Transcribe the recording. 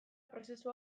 prozesu